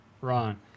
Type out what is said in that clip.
Ron